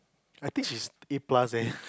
I think she's A plus eh